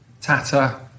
Tata